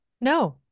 no